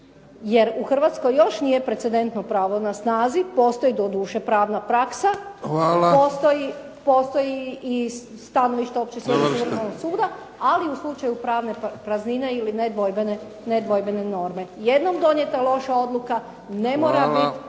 jer u Hrvatskoj još nije precedentno pravo na snazi postoji doduše pravna praksa, postoji i, … …/Upadica: Završite./… … stajalište Vrhovnog suda, ali u slučaju pravne praznine ili nedvojbene norme. Jednom donijeta loša odluka ne mora biti